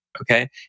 Okay